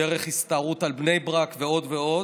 דרך הסתערות על בני ברק, ועוד ועוד,